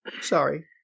sorry